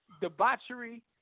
debauchery